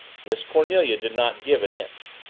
miss cornelia did not give an inch.